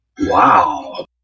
Wow